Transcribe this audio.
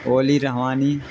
اولی روانی